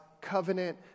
covenant